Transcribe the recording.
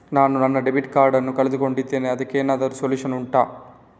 ನಾನು ನನ್ನ debit card ನ್ನು ಕಳ್ಕೊಂಡಿದ್ದೇನೆ ಅದಕ್ಕೇನಾದ್ರೂ ಸೊಲ್ಯೂಷನ್ ಉಂಟಾ